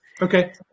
Okay